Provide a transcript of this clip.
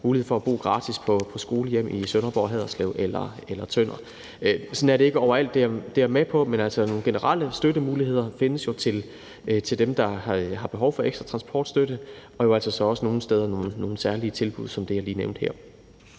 mulighed for at bo gratis på skolehjem i Sønderborg, Haderslev eller Tønder. Sådan er det ikke overalt – det er jeg med på – men der findes jo nogle generelle støttemuligheder for dem, som har behov for ekstra transportstøtte, og så er der jo altså også nogle steder særlige tilbud som det, jeg lige nævnte her.